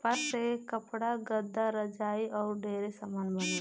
कपास से कपड़ा, गद्दा, रजाई आउर ढेरे समान बनेला